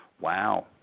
Wow